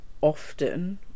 often